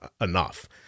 enough